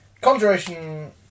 Conjuration